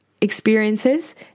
experiences